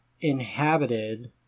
inhabited